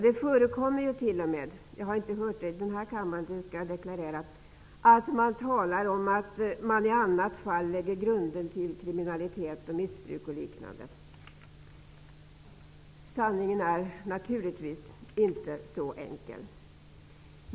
Det förekommer t.o.m. att det talas om att man i annat fall lägger grunden till kriminalitet, missbruk, m.m. Jag har dock inte hört det i denna kammare, vill jag deklarera. Sanningen är naturligtvis inte så enkel.